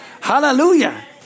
Hallelujah